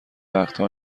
وقتها